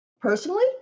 Personally